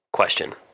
question